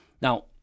Now